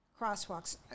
crosswalks